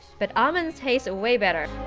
but almonds taste way better!